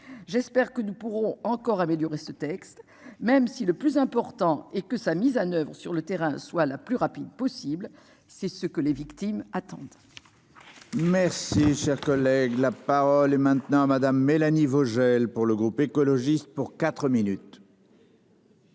J'espère que nous pourrons encore améliorer ce texte, même si le plus important est que sa mise en oeuvre sur le terrain, soit la plus rapide possible. C'est ce que les victimes attendent. Merci cher collègue là. Parole est maintenant à madame Mélanie Vogel. Pour le groupe écologiste pour 4 minutes.